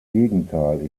gegenteil